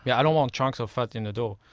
yeah i don't want chunks of fat in the dough,